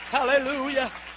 Hallelujah